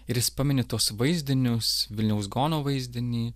ir jis pamini tuos vaizdinius vilniaus gaono vaizdinį